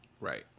Right